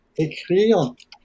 écrire